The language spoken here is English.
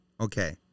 Okay